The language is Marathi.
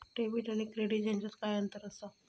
डेबिट आणि क्रेडिट ह्याच्यात काय अंतर असा?